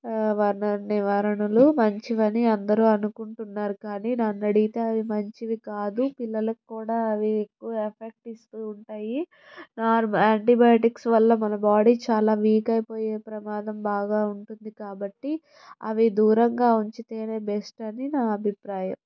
వర్ణ నివారణలు మంచివి అని అందరూ అనుకుంటున్నారు కానీ నన్ను అడిగితే అవి మంచివి కాదు పిల్లలకు కూడా అవి ఎక్కువ ఎఫెక్ట్ ఇస్తూ ఉంటాయి యాంటీబయోటిక్స్ వల్ల మన బాడీ చాలా వీక్ అయిపోయే ప్రమాదం బాగా ఉంటుంది కాబట్టి అవి దూరంగా ఉంచితేనే బెస్ట్ అని నా అభిప్రాయం